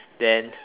then